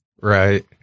Right